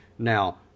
Now